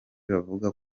bavuga